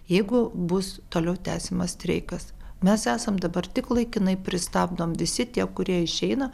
jeigu bus toliau tęsiamas streikas mes esam dabar tik laikinai pristabdom visi tie kurie išeina